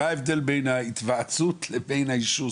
מה ההבדל בין ההיוועצות לבין האישור?